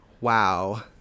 Wow